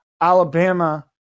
Alabama